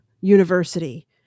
university